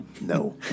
No